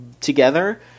together